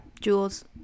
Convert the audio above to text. Jules